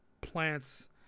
plants